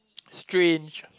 strange